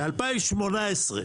ב-2018,